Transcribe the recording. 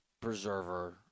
preserver